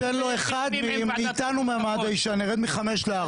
תן לו אחד מאתנו ונרד מחמש לארבע.